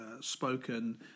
spoken